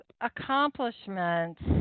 accomplishments